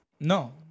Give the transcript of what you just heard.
No